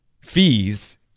fees